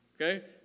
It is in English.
okay